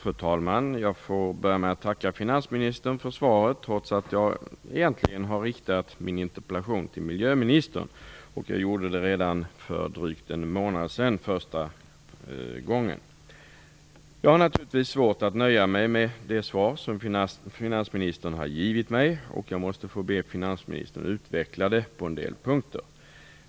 Fru talman! Jag får börja med att tacka finansministern för svaret, trots att jag egentligen har riktat min interpellation till miljöministern. Jag gjorde det redan för drygt en månad sedan. Jag har naturligtvis svårt att nöja mig med det svar som finansministern har givit mig, och jag måste få be finansministern att utveckla det på en del punkter.